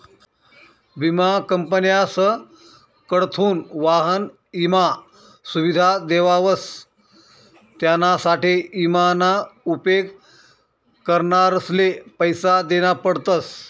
विमा कंपन्यासकडथून वाहन ईमा सुविधा देवावस त्यानासाठे ईमा ना उपेग करणारसले पैसा देना पडतस